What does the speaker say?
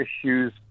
issues